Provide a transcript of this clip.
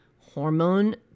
hormone